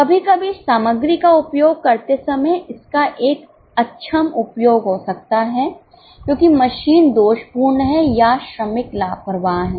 कभी कभी सामग्री का उपयोग करते समय इसका एक अक्षम उपयोग हो सकता है क्योंकि मशीन दोषपूर्ण है या श्रमिक लापरवाह हैं